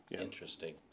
Interesting